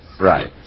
Right